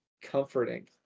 comforting